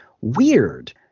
weird